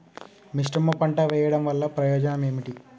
మిశ్రమ పంట వెయ్యడం వల్ల ప్రయోజనం ఏమిటి?